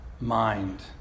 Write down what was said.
mind